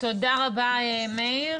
תודה רבה, מאיר.